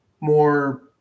more